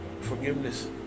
forgiveness